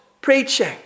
preaching